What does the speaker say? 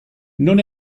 non